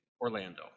Orlando